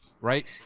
right